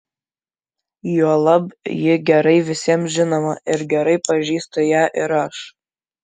juolab ji gerai visiems žinoma ir gerai pažįstu ją ir aš